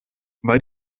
weil